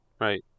right